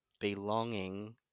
belonging